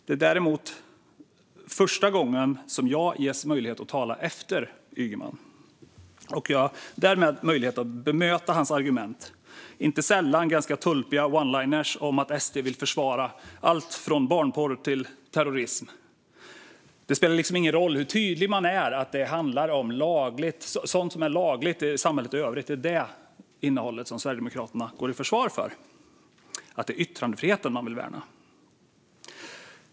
Det är däremot första gången som jag ges möjlighet att tala efter Ygeman, och jag har därmed möjlighet att bemöta hans argument - inte sällan ganska tölpiga oneliners om att SD vill försvara allt från barnporr till terrorism. Det spelar liksom ingen roll hur tydlig man är med att det är innehåll som är lagligt i samhället i övrigt som Sverigedemokraterna går i försvar för och att det är yttrandefriheten man vill värna.